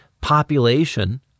population